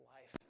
life